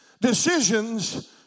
Decisions